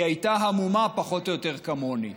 היא הייתה המומה פחות או יותר כמוני,